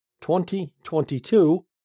2022